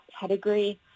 pedigree